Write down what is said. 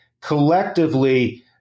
Collectively